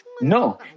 No